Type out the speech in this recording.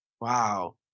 Wow